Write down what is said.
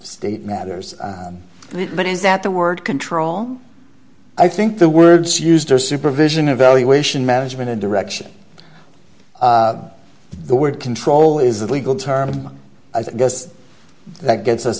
state matters but is that the word control i think the words used are supervision evaluation management a direction the word control is the legal term i guess that gets us